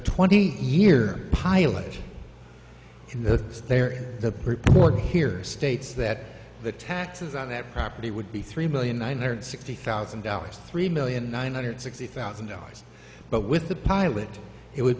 twenty year pilot in the us there the report here states that the taxes on that property would be three million nine hundred sixty thousand dollars three million nine hundred sixty thousand dollars but with the pilot it would